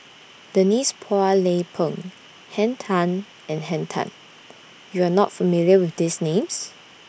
Denise Phua Lay Peng Henn Tan and Henn Tan YOU Are not familiar with These Names